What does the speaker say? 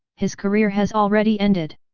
his career has already ended!